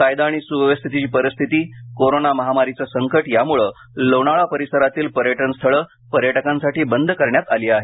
कायदा आणि स्व्यवस्थेची परिस्थिती कोरोना महामारीचे संकट याम्ळे लोणावळा परिसरातील पर्यटनस्थळं पर्यटकांसाठी बंद करण्यात आली आहे